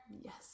Yes